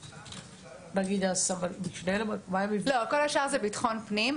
-- כל השאר זה המשרד לביטחון הפנים.